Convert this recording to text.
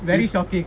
very shocking